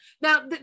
Now